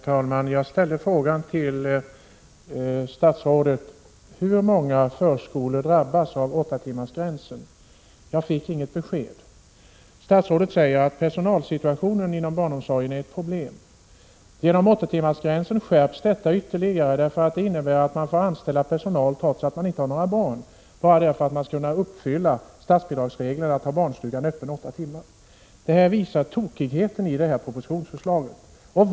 Herr talman! Jag ställde en fråga till statsrådet: Hur många förskolor drabbas av åttatimmarsgränsen? Jag fick inget besked. Statsrådet säger att personalsituationen inom barnomsorgen är ett problem. På grund av åttatimmarsgränsen förvärras detta problem. Det innebär att man måste anställa personal, trots att det inte finns några barn, bara för att kunna uppfylla statsbidragsreglerna som innebär att man måste ha barnstugan öppen åtta timmar per dag. Detta visar hur tokig propositionen är.